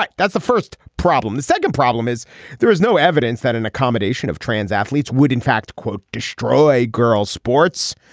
but that's the first problem the second problem is there is no evidence that an accommodation of trans athletes would in fact quote destroy girls sports.